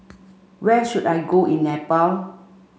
where should I go in Nepal